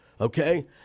Okay